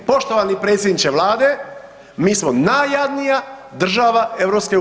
Poštovani predsjedniče Vlade mi smo najjadnija država EU.